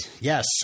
Yes